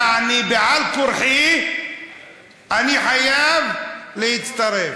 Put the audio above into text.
יעני, בעל-כורחי אני חייב להצטרף.